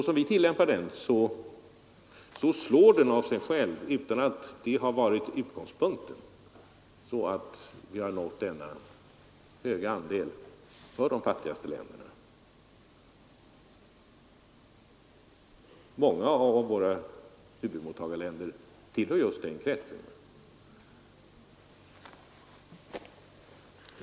Som vi tillämpar den slår den av sig själv, utan att det har varit utgångspunkten, så att vi har nått denna höga andel för de fattigaste länderna. Många av våra huvudmottagarländer tillhör nämligen just den kretsen.